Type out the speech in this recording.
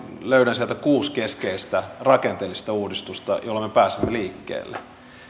löydän sieltä kuusi keskeistä rakenteellista uudistusta joilla me pääsemme